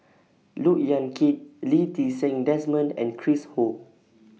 Look Yan Kit Lee Ti Seng Desmond and Chris Ho